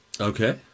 Okay